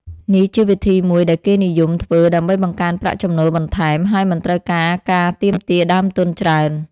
នេះជាវិធីមួយដែលគេនិយមធ្វើដើម្បីបង្កើនប្រាក់ចំណូលបន្ថែម ហើយមិនត្រូវការការទាមទារដើមទុនច្រើន។